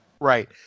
Right